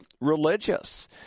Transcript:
religious